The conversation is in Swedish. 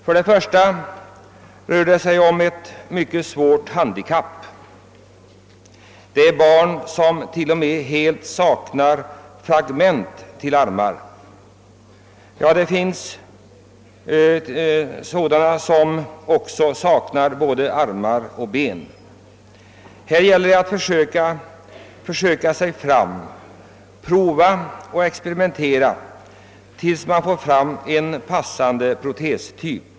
För det första rör det sig om ett mycket svårt handikapp; det finns barn vilka t.o.m. saknar rudiment till armar. Det finns dessutom sådana som saknar både armar och ben. Man måste söka sig fram, prova och experimentera, tills man får fram en passande protestyp.